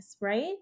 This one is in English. right